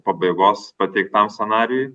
pabaigos pateiktam scenarijui